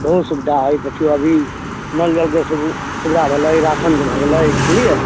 ओहो सुविधा हइ देखिऔ अभी नल जलके सु सुविधा भऽ गेलै राशनके भऽ गेलै सुनलिए